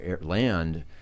land